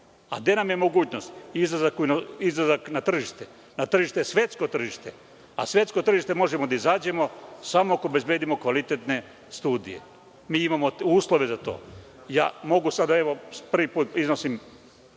A gde nam je mogućnost? Izlazak na tržište, na svetsko tržište. A na svetsko tržište možemo da izađemo samo ako obezbedimo kvalitetne studije. Mi imamo uslove za to. Prvi put sada iznosim